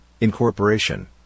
incorporation